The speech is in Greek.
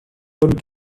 τον